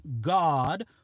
god